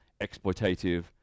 exploitative